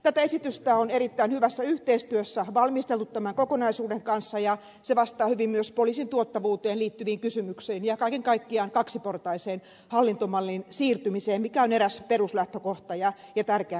tätä esitystä on erittäin hyvässä yhteistyössä valmisteltu tämän kokonaisuuden kanssa ja se vastaa hyvin myös poliisin tuottavuuteen liittyviin kysymyksiin ja kaiken kaikkiaan kaksiportaiseen hallintomalliin siirtymiseen mikä on eräs peruslähtökohta ja tärkeä näkökulma